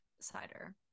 cider